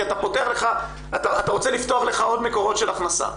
אתה רוצה לפתוח לך עוד מקורות של הכנסה.